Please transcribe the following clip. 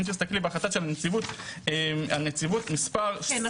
אם תסתכלי בהחלטה של הנציבות מספר 36. כן,